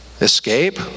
escape